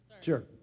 Sure